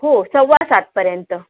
हो सव्वा सातपर्यंत